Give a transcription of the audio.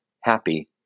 happy